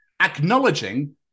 Acknowledging